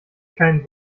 kein